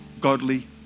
godly